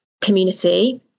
community